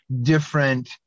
different